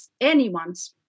anyone's